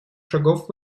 шагов